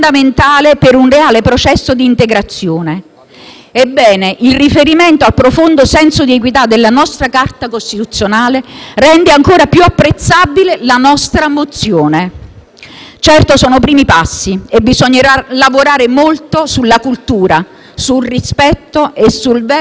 Ebbene, il riferimento al profondo senso di equità della nostra Carta costituzionale rende ancora più apprezzabile la nostra mozione. Certo, sono i primi passi e bisognerà lavorare molto sulla cultura, sul rispetto e sul vero significato della parola «amore»,